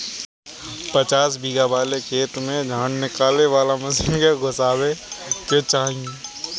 पचासन बिगहा वाले खेत में डाँठ निकाले वाला मशीन के घुसावे के चाही